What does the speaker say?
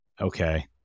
okay